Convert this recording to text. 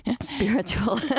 spiritual